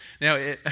Now